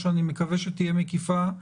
שאני מקווה שתהיה מקיפה,